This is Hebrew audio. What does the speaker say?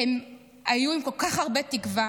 הן היו עם כל כך הרבה תקווה,